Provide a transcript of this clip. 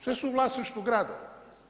Sve su u vlasništvu gradova.